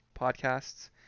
podcasts